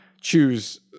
choose